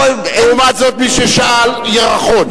לעומת זאת מי ששאל ירחון,